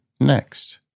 next